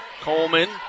Coleman